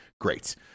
great